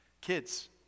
Kids